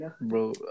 Bro